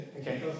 Okay